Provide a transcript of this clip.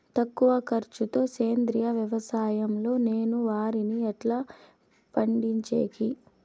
తక్కువ ఖర్చు తో సేంద్రియ వ్యవసాయం లో నేను వరిని ఎట్లా పండించేకి?